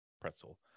pretzel